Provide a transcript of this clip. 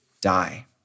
die